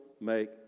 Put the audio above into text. make